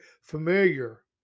familiar